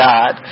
God